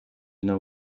know